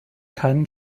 keinen